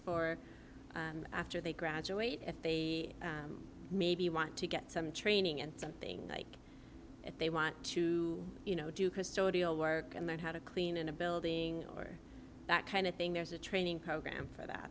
for after they graduate if they maybe want to get some training and something like that they want to you know do custodial work and learn how to clean in a building or that kind of thing there's a training program for that